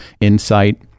insight